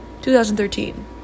2013